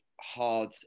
hard